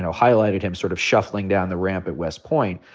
highlighted him sort of shuffling down the ramp at west point,